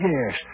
Yes